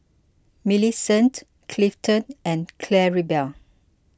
Millicent Clifton and Claribel